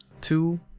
Two